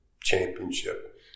Championship